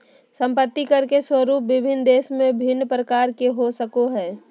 संपत्ति कर के स्वरूप विभिन्न देश में भिन्न प्रकार के हो सको हइ